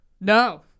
no